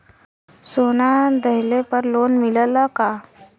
सोना दहिले पर लोन मिलल का?